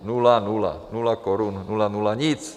Nula nula nula korun, nula nula nic.